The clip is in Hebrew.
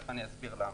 תיכף אסביר למה.